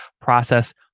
process